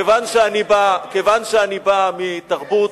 כיוון שאני בא מתרבות,